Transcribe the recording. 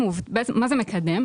מה זה מקדם?